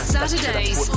Saturdays